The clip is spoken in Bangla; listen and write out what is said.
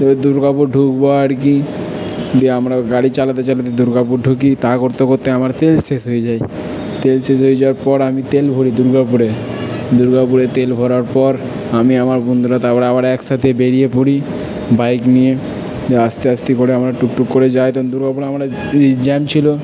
পুরো দুর্গাপুর ঢুকবো আর কি দিয়ে আমরা গাড়ি চালাতে চালাতে দুর্গাপুর ঢুকি তাও করতে করতে আমার তেল শেষ হয়ে যায় তেল শেষ হয়ে যাওয়ার পর আমি তেল ভরি দুর্গাপুরে দুর্গাপুরে তেল ভরার পর আমি আমার বন্ধুরা তারপর আবার একসাথে বেরিয়ে পড়ি বাইক নিয়ে দিয়ে আস্তে আস্তে করে আমরা টুকটুক করে যাই তখন দুর্গাপুরে আমরা জ্যাম ছিলো